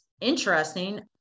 interesting